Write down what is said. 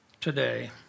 today